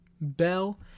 Bell